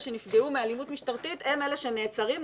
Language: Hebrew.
שנפגעו מאלימות משטרתית הם אלה שנעצרים,